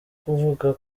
kuvuga